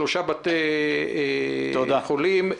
שלושה בתי חולים,